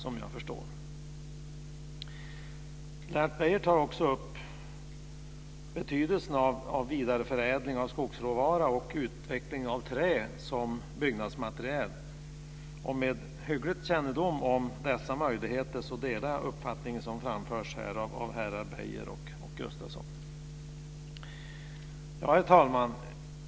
Lennart Beijer tar också upp betydelsen av vidare förädling av skogsråvara och utveckling av trä som byggnadsmateriel. Med hygglig kännedom om dessa möjligheter delar jag den uppfattning som framförs av herrar Lennart Beijer och Lennart Gustavsson. Herr talman!